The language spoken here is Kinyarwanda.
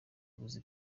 abuze